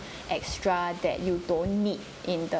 extra that you don't need in the